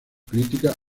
crítica